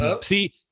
see